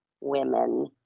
women